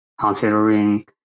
considering